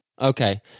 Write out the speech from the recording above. Okay